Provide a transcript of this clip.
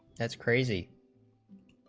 as crazy